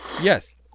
Yes